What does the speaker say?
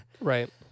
right